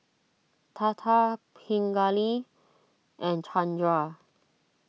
Tata Pingali and Chandra